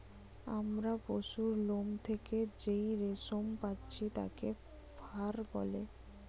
আমরা পশুর লোম থেকে যেই রেশম পাচ্ছি তাকে ফার বলে